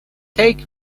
take